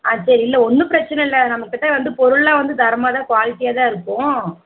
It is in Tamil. அது இல்லை ஒன்றும் பிரச்சனை இல்லை நம்மக்கிட்ட வந்து பொருள் எல்லாம் வந்து தரமாக தான் குவாலிட்டியாக தான் இருக்கும்